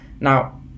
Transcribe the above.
Now